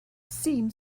seemed